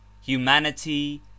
humanity